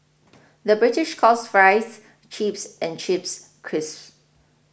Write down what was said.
the British calls Fries Chips and Chips Crisps